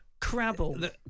Crabble